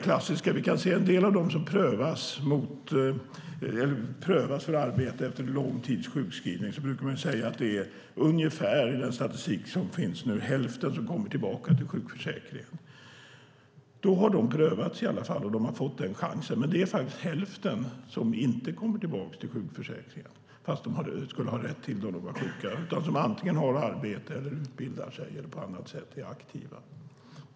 Bland dem som prövas för arbete efter lång tids sjukskrivning brukar man säga att hälften kommer tillbaka till sjukförsäkringen. De har prövats och fått en chans. Men det är faktiskt hälften som inte kommer tillbaka till sjukförsäkringen fastän de skulle ha rätt till det om de var sjuka. De har antingen arbete, utbildar sig eller är aktiva på annat sätt.